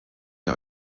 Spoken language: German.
der